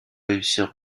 réussir